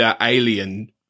alien